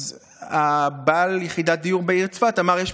אז בעל יחידת הדיור בעיר צפת אמר שיש